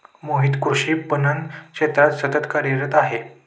मोहित कृषी पणन क्षेत्रात सतत कार्यरत आहे